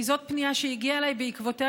כי זאת פנייה שהגיעה אליי ובעקבותיה